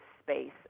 space